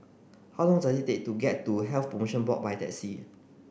how long does it take to get to Health Promotion Board by taxi